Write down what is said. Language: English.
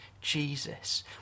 Jesus